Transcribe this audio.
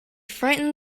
frightened